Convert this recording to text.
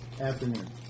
Afternoon